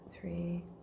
three